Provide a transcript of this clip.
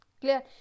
Clear